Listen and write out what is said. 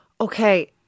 Okay